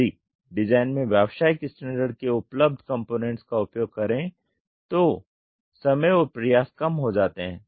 यदि डिज़ाइन में व्यावसायिक स्टैण्डर्ड के उपलब्ध कंपोनेंट्स का उपयोग करें तो समय और प्रयास कम हो जाते है